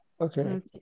okay